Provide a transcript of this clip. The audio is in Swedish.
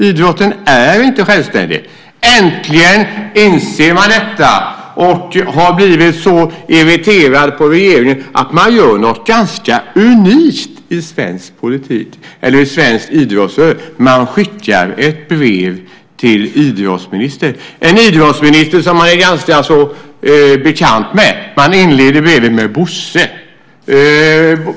Idrotten är inte självständig. Äntligen inser man detta och har blivit så irriterad på regeringen att man gör något ganska unikt i svensk idrott: Man skickar ett brev till idrottsministern, en idrottsminister som man är ganska så bekant med. Man inleder brevet med "Bosse".